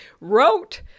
wrote